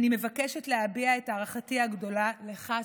אני מבקשת להביע את הערכתי הגדולה לך,